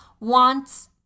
wants